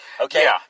Okay